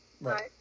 Right